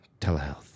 Telehealth